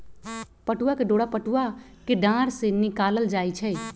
पटूआ के डोरा पटूआ कें डार से निकालल जाइ छइ